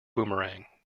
boomerang